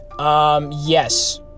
Yes